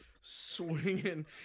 swinging